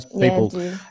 people